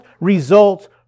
results